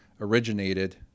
originated